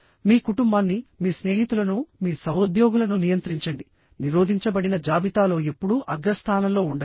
మీ కుటుంబాన్నిమీ స్నేహితులనుమీ సహోద్యోగులను నియంత్రించండి నిరోధించబడిన జాబితాలో ఎప్పుడూ అగ్రస్థానంలో ఉండకండి